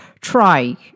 try